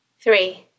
Three